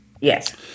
yes